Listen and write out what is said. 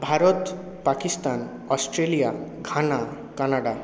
Bharat Pakistan Australia Ghana Canada